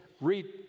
Read